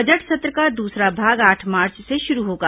budget सत्र का दूसरा भाग आठ मार्च से शुरू होगा